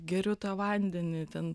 geriu tą vandenį ten